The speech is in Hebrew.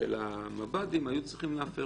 מהתיקים של המב"דים היו צריכים להיהפך